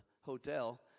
hotel